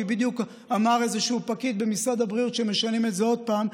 כי בדיוק אמר איזשהו פקיד במשרד הבריאות שמשנים את זה עוד פעם.